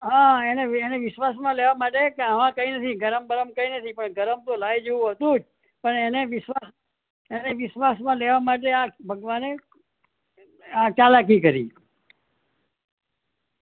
હા એને એને વિશ્વાસમાં લેવા માટે કે હ કંઈ નથી ગરમ બરમ કંઈ નથી પણ ગરમ તો લાય જેવું હતું જ એને વિશ્વાસ એને વિશ્વાસમાં લેવા માટે આ ભગવાને આ ચાલાકી કરી